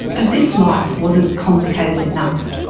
as if life wasn't complicated enough,